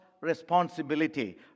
responsibility